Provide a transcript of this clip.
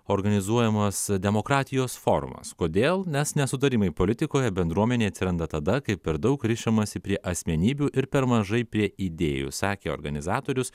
organizuojamos demokratijos formos kodėl nes nesutarimai politikoje bendruomenėj atsiranda tada kai per daug rišamasi prie asmenybių ir per mažai prie idėjų sakė organizatorius